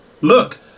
Look